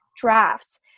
drafts